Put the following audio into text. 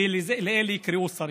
ולאלה יקראו שרים.